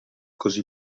così